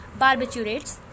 Barbiturates